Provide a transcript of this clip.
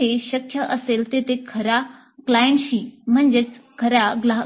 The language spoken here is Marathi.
जेथे शक्य असेल तेथे खऱ्या